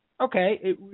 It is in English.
Okay